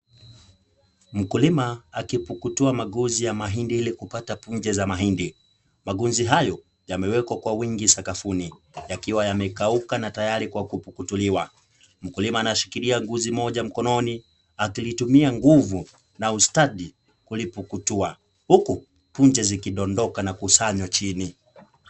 Mkulima akipukutua magunzi ya mahindi ili kupata punje za mahindi. Magunzi hayo, yamewekwa kwa wingi sakafuni, yakiwa yamekauka na tayari kwa kupukutuliwa. Mkulima anashikilia gunzi moja mkononi, akilitumia nguvu na ustadi kulipukutua, huku punje zikidondoka na kusanywa chini.